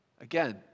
Again